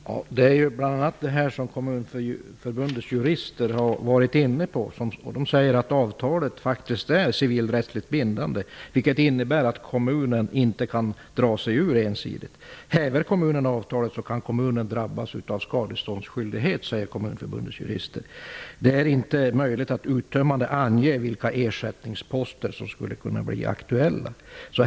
Fru talman! Det är bl.a. detta som Kommunförbundets jurister har varit inne på. De säger att avtalet faktiskt är civilrättsligt bindande. Det innebär att kommunen inte kan ensidigt dra sig ur avtalet. Om kommunen häver avtalet kan kommunen drabbas av skadeståndsskyldighet, säger Kommunförbundets jurister. Det är inte möjligt att uttömmande ange vilka ersättningsposter som kan bli aktuella.